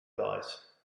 guys